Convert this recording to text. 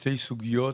שתי סוגיות,